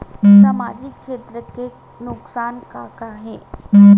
सामाजिक क्षेत्र के नुकसान का का हे?